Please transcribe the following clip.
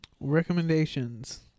recommendations